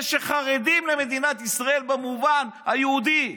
אלה שחרדים למדינת ישראל במובן היהודי.